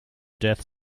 death